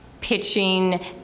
pitching